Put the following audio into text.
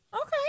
Okay